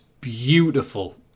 beautiful